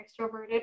extroverted